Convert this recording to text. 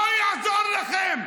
לא יעזור לכם.